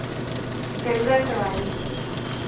जंगल सवारी